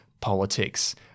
politics